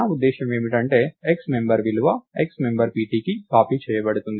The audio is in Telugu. నా ఉద్దేశ్యం ఏమిటంటే x మెంబర్ విలువ x మెంబర్ pt కి కాపీ చేయబడుతుంది